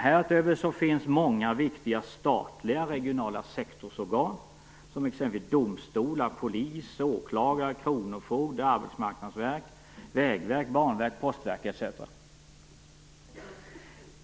Härutöver finns många viktiga statliga regionala sektorsorgan, som exempelvis domstolar, polis, åklagare, kronofogde, arbetsmarknadsverk, vägverk, banverk och postverk etc.